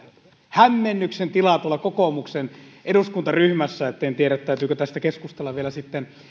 hämmennyksen tilaa tuolla kokoomuksen eduskuntaryhmässä en tiedä täytyykö tästä keskustella sitten vielä